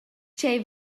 tgei